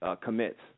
commits